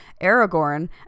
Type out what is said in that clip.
Aragorn